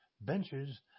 benches